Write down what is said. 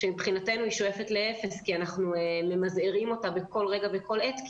שמבחינתנו היא שואפת לאפס כי אנחנו ממזערים אותה בכל רגע ובכל עת,